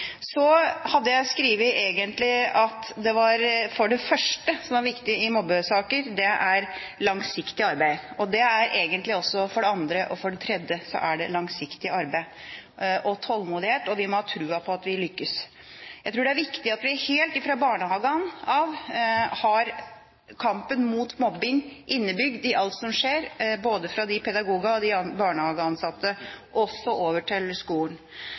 hadde egentlig notert meg at det som for det første er viktig i mobbesaker, er langsiktig arbeid. For det andre og for det tredje er også langsiktig arbeid viktig, tålmodighet, og at vi har tro på at vi lykkes. Jeg tror det er viktig at vi helt fra barnehagen av har kampen mot mobbing innebygd i alt som skjer – fra pedagogene og de barnehageansatte og til skolen.